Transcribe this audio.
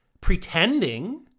pretending